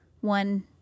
one